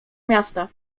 miasta